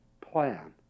plan